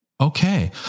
Okay